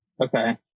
Okay